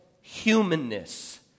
humanness